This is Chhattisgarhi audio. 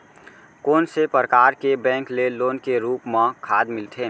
कोन से परकार के बैंक ले लोन के रूप मा खाद मिलथे?